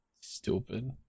Stupid